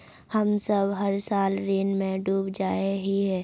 हम सब हर साल ऋण में डूब जाए हीये?